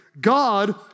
God